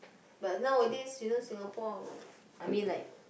but nowadays since Singapore I mean like